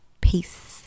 Peace